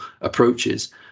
approaches